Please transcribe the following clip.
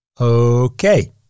Okay